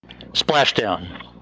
Splashdown